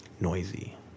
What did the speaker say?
Noisy